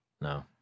No